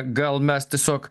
gal mes tiesiog